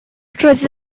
roedd